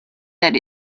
that